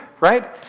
Right